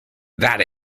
that